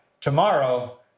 tomorrow